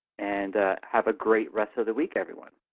and have a great rest of the week, everyone.